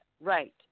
right